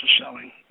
selling